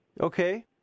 Okay